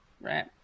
right